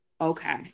okay